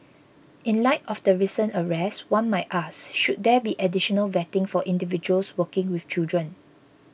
in light of the recent arrest one might ask should there be additional vetting for individuals working with children